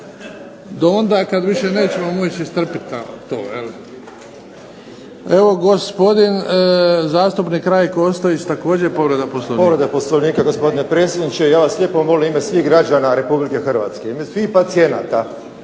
do onda kada više nećemo moći istrpiti to. Evo, gospodin zastupnik Rajko Ostojić također povreda Poslovnika. **Ostojić, Rajko (SDP)** Povreda poslovnika gospodine predsjedniče, ja vas lijepo molim u ime svih građana Republike Hrvatske, u ime svih pacijenata,